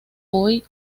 hoy